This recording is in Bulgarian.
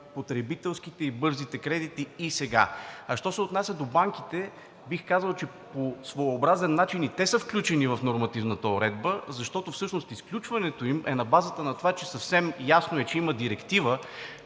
потребителските и бързите кредити. И сега, що се отнася до банките, бих казал, че по своеобразен начин и те са включени в нормативната уредба, защото всъщност изключването им е на базата и това е съвсем ясно, че има директива,